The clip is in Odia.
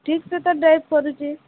ଠିକ୍ସେ ତ କରୁଛି